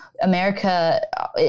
America